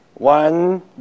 One